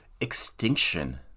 extinction